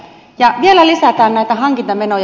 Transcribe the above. ja vielä lisätään näitä hankintamenoja